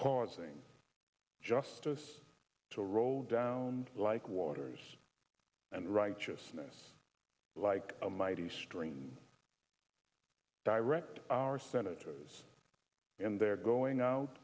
causing justice to roll down like waters and righteousness like a mighty stream direct our senators in there going out